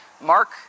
Mark